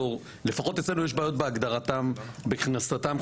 לפחות אצלנו יש בעיה בהגדרתם ובהכנסתם,